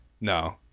No